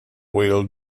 wheel